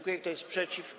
Kto jest przeciw?